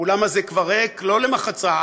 האולם הזה כבר ריק לא למחצה,